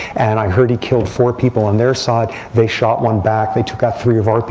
and i heard he killed four people on their side. they shot one back. they took out three of our but